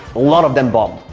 a lot of them bombed.